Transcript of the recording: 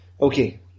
okay